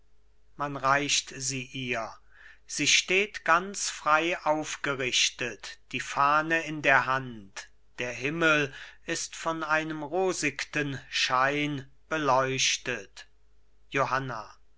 man reicht sie ihr sie steht ganz frei aufgerichtet die fahne in der hand der himmel ist von einem rosigten schein beleuchtet johanna